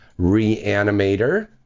Reanimator